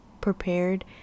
prepared